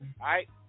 right